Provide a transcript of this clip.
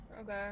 Okay